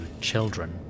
children